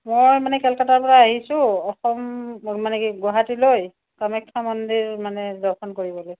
মই মানে কলকাতাৰ পৰা আহিছোঁ অসম মানে কি গুৱাহাটীলৈ কামাখ্যা মন্দিৰ মানে দৰ্শন কৰিবলৈ